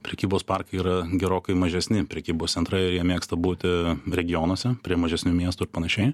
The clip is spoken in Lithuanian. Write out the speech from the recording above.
prekybos parkai yra gerokai mažesni prekybos centrai ir jie mėgsta būti regionuose prie mažesnių miestų ir panašiai